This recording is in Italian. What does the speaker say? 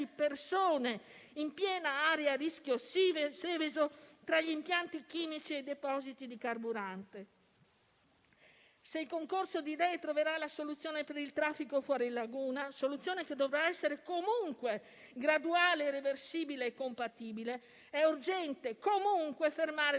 (secondo la normativa Seveso) tra gli impianti chimici e i depositi di carburante. Se il concorso di idee troverà la soluzione per il traffico fuori laguna - soluzione che dovrà essere comunque graduale, reversibile e compatibile - è urgente comunque fermare